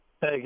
Hey